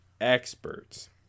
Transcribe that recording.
experts